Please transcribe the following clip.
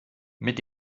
mit